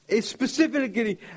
specifically